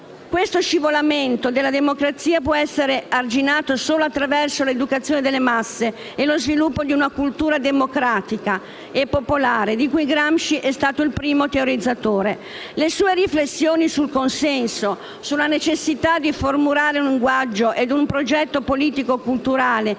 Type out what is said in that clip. Questo scivolamento della democrazia può essere arginato solo attraverso l'educazione delle masse e lo sviluppo di una cultura democratica e popolare di cui Gramsci è stato il primo teorizzatore. Le sue riflessioni sul consenso, sulla necessità di formulare un linguaggio e un progetto politico culturale